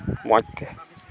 ᱢᱚᱡᱽᱛᱮ